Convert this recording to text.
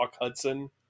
Hudson